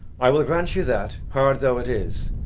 i will grant you that, hard though it is,